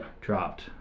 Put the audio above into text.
...dropped